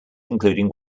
including